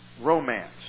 romance